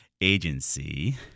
agency